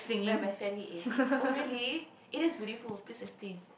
where my family is oh really it is beautiful please explain